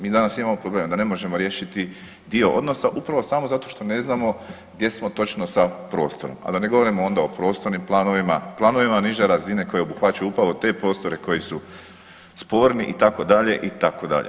Mi danas imamo problem da ne možemo riješiti dio odnosa upravo samo zato što ne znamo gdje smo točno sa prostorom, a da ne govorimo onda o prostornim planovima, planovima niže razine koji obuhvaćaju upravo te prostore koji su sporni, itd., itd.